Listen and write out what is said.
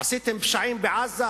עשיתם פשעים בעזה,